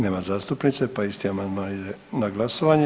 Nema zastupnice, pa isti amandman ide na glasovanje.